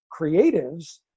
creatives